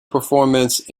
performance